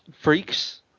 Freaks